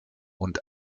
und